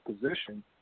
position